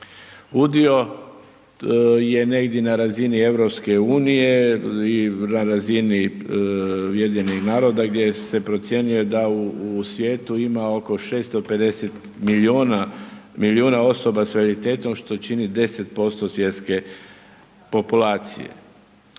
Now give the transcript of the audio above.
Udio je negdje na razini EU i na razini UN-a gdje se procjenjuje da u svijetu ima oko 650 milijuna osoba sa invaliditetom što čini 10% svjetske populacije.